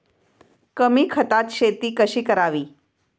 कमी खतात शेती कशी करावी?